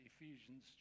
Ephesians